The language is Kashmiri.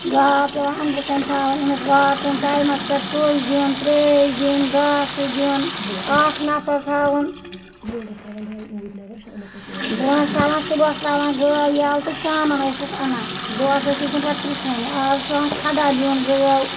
گاو پیٚوان أندرٕ کَنۍ تھاوٕنۍ أمِس واتُن ٹایمَس پیٚٹھ أمس کوٚش دیُن تریش دِنۍ گاسہٕ دیُن اکھ نَفَر تراوُن برونٛہہ ٲسۍ تراوان صُبحَس تراوان گٲو یَلہٕ تہٕ شامَن ٲسٕس اَنان دُہَس ٲسٕس نہٕ پَتہٕ پرژھٲنی آز چھُ پیٚوان کھڑا بِہُن گٲو